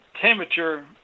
Temperature